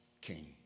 King